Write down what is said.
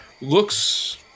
looks